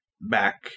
back